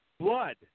blood